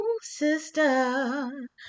sister